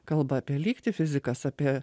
kalba apie lygtį fizikas apie